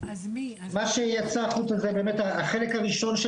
מה שיצא החוצה זה באמת החלק הראשון של